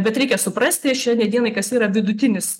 bet reikia suprasti šiandien dienai kas yra vidutinis